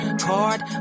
card